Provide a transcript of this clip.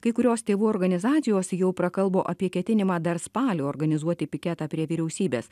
kai kurios tėvų organizacijos jau prakalbo apie ketinimą dar spalį organizuoti piketą prie vyriausybės